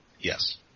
Yes